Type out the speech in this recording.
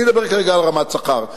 אני מדבר כרגע על רמת שכר.